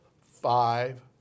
five